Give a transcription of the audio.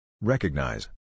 Recognize